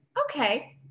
okay